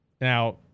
Now